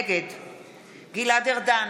נגד גלעד ארדן,